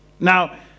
Now